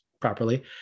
properly